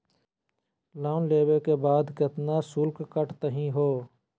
Loan लेवे के बाद केतना शुल्क कटतही हो?